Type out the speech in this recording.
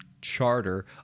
charter